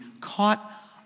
caught